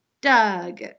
Doug